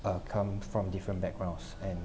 uh come from different backgrounds and